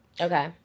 okay